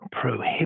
prohibit